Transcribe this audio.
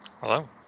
Hello